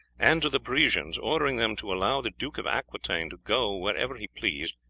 and to the parisians, ordering them to allow the duke of aquitaine to go wherever he pleased,